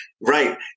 right